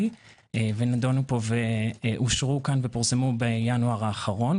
ונדונו פה ואושרו כאן ופורסמו בינואר האחרון,